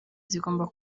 zigomba